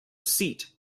seat